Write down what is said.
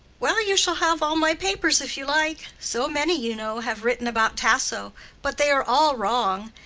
well, you shall have all my papers, if you like. so many, you know, have written about tasso but they are all wrong.